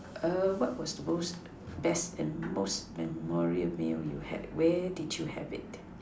err what was the most best and most memorial meal you had where did you have it